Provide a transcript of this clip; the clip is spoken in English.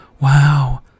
Wow